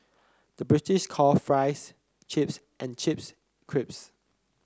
the British call fries chips and chips crisps